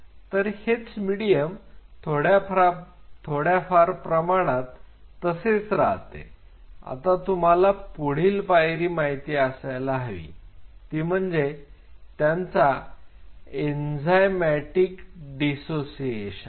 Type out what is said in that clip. तर हेच मीडीयम थोड्याफार प्रमाणात तसेच राहते आता तुम्हाला पुढील पायरी माहिती असायला हवी ती म्हणजे यांचा एन्झाईमॅटिक डीसोसिएशन